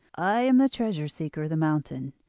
i am the treasure seeker of the mountain.